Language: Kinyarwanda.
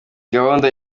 gahunda